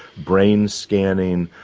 brain scanning,